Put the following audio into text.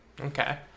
Okay